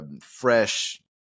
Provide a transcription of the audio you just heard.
fresh